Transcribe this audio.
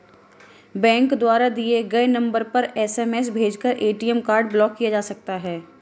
bank द्वारा दिए गए नंबर पर एस.एम.एस भेजकर ए.टी.एम कार्ड ब्लॉक किया जा सकता है